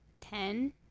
ten